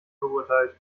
verurteilt